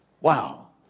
Wow